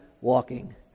walking